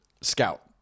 Scout